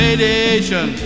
Radiation